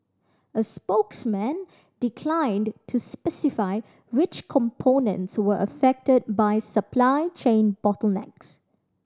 a spokesman declined to specify which components were affected by supply chain bottlenecks